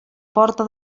porta